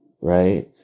right